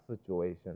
situation